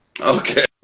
okay